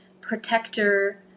protector